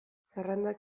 zerrendak